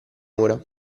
mura